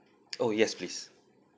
oh yes please